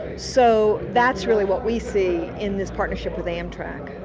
so that's really what we see in this partnership with amtrak,